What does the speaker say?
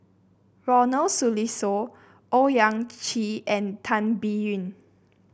Ronald Susilo Owyang Chi and Tan Biyun